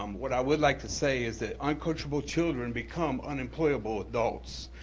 um what i would like to say is that uncoachable children become unemployable adults.